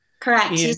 Correct